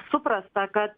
suprasta kad